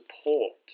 support